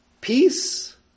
peace